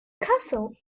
castle